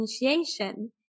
initiation